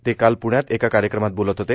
ते काल प्ण्यात एका कार्यक्रमात बोलत होते